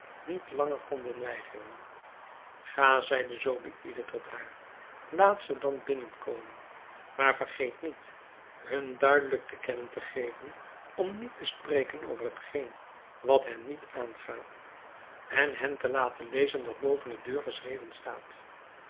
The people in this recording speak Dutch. niet langer konden weigeren ga zeide zobeïde tot haar laat ze dan binnenkomen maar vergeet niet hun duidelijk te kennen te geven om niet te spreken over hetgeen wat hen niet aangaat en hen te laten lezen wat boven de deur geschreven staat